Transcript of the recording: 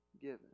given